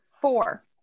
Four